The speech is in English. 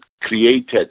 created